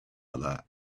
other